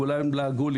כולם לעגו לי,